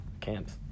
camps